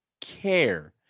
care